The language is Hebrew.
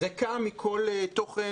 ריקה מכל תוכן.